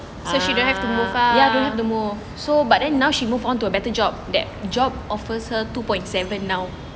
uh ya don't have the more so but then now she move on to a better job that job offers her two point seven now